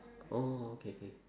oh okay K